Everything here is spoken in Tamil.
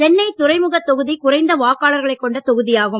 சென்னை துறைமுக தொகுதி குறைந்த வாக்காளர்களை கொண்ட தொகுதியாகும்